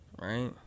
right